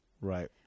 Right